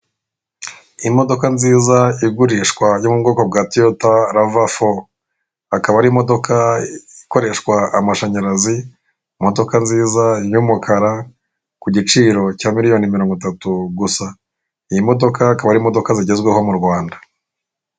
Imodoka nziza igurishwa yo mu bwoko bwa toyota rava fo. Akaba ari imodoka ikoreshwa amashanyarazi, imodoka nziza y'umukara, ku giciro cya miliyoni mirongo itatu gusa. Iyi modoka akaba ar'imodoka zigezweho hano mu Rwanda.